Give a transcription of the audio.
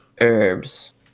herbs